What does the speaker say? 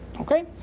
Okay